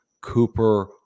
Cooper